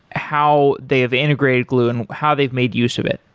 how they have integrated gloo and how they've made use of it.